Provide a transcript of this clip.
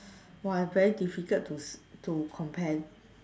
!wah! very difficult to to compare